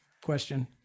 question